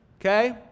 okay